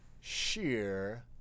sheer